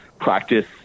practice